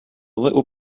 little